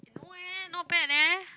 no eh not bad leh